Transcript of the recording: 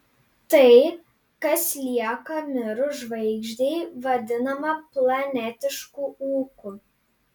tai kas lieka mirus žvaigždei vadinama planetišku ūku